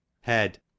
Head